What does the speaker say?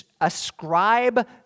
ascribe